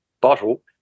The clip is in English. bottle